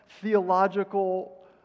theological